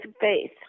faith